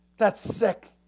that's sick.